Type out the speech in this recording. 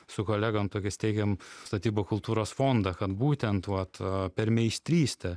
su kolegom tokiais steigėm statybų kultūros fondą kad būtent vat per meistrystę